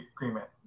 agreement